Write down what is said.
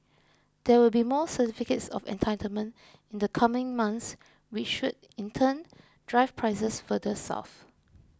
there will be more certificates of entitlement in the coming months which should in turn drive prices further south